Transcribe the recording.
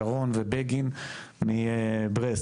שרון ובגין מברסליטובסק,